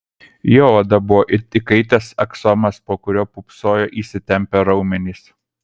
jo oda buvo it įkaitęs aksomas po kuriuo pūpsojo įsitempę raumenys